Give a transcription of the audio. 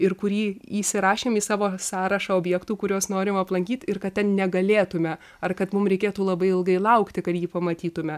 ir kurį įsirašėm į savo sąrašą objektų kuriuos norim aplankyt ir kad ten negalėtumėme ar kad mum reikėtų labai ilgai laukti kad jį pamatytume